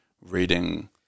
reading